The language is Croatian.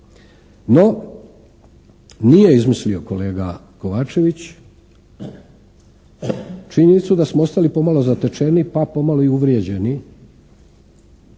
No, nije izmislio kolega Kovačević činjenicu da smo ostali pomalo zatečeni pa pomalo i uvrijeđeni